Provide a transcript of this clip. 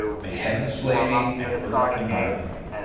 may heaven slay me and earth annihilate me.